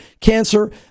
cancer